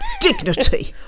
dignity